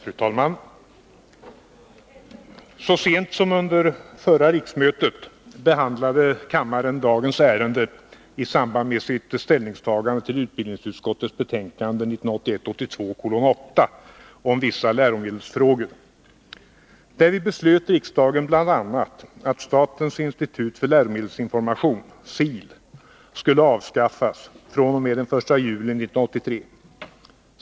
Fru talman! Så sent som under förra riksmötet behandlade kammaren ett motsvarande ärende som det nu aktuella i samband med ställningstagandet till utbildningsutskottets betänkande 1981/82:8 om vissa läromedelsfrågor. Därvid beslöt riksdagen bl.a. att statens institut för läromedelsinformation skulle avskaffas fr.o.m. den 1 juli 1983.